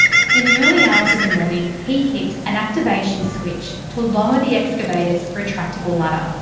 in the early hours of the morning, he hit an activation switch to lower the excavator's retractable ladder.